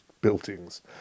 buildings